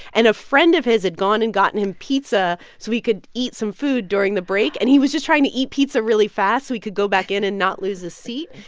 and a friend of his had gone and gotten him pizza, so he could eat some food during the break. and he was just trying to eat pizza really fast, so he could go back in and not lose his seat.